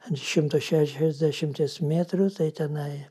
ant šimto šešiasdešimties metrų tai tenai